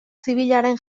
zibilaren